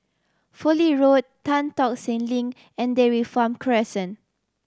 Fowlie Road Tan Tock Seng Link and Dairy Farm Crescent